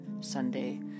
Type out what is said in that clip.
Sunday